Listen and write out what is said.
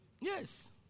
Yes